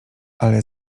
ale